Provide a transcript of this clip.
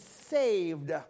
saved